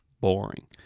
boring